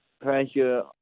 pressure